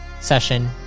session